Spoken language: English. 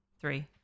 three